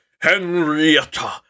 Henrietta